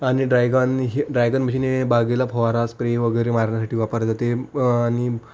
आणि ड्रॅगन हे ड्रॅगन हिने बागेला फवारा स्प्रे वगैरे मारण्यासाठी वापरले जाते आणि